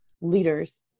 leaders